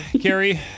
Carrie